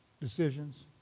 decisions